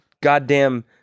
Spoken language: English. goddamn